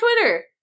Twitter